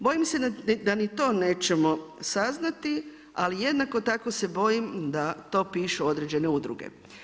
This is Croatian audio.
Bojim se da ni to nećemo saznati, ali jednako tako se bojim da to pišu određene udruge.